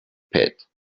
pit